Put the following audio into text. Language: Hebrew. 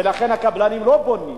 ולכן הקבלנים לא בונים,